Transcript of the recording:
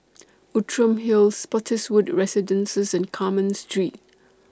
Outram Hill Spottiswoode Residences and Carmen Street